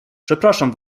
przepraszam